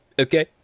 okay